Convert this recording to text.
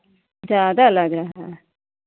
ज़्यादा लग रहा है